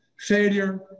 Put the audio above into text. Failure